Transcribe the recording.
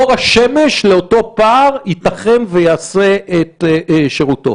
אור השמש לאותו פער ייתכן ויעשה את שירותו.